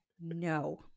no